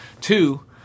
Two